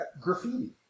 graffiti